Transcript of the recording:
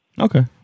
Okay